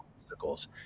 obstacles